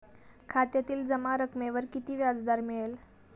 खात्यातील जमा रकमेवर किती व्याजदर मिळेल?